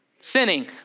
Sinning